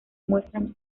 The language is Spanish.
muestran